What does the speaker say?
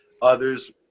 Others